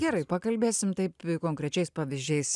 gerai pakalbėsim taip konkrečiais pavyzdžiais